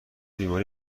بیماری